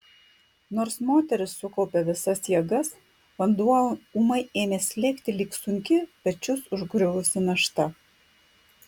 nors moteris sukaupė visas jėgas vanduo ūmai ėmė slėgti lyg sunki pečius užgriuvusi našta